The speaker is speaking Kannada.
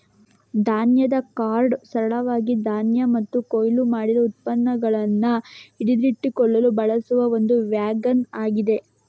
ಧಾನ್ಯದ ಕಾರ್ಟ್ ಸರಳವಾಗಿ ಧಾನ್ಯ ಮತ್ತು ಕೊಯ್ಲು ಮಾಡಿದ ಉತ್ಪನ್ನಗಳನ್ನ ಹಿಡಿದಿಡಲು ಬಳಸುವ ಒಂದು ವ್ಯಾಗನ್ ಆಗಿದೆ